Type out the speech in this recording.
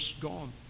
gone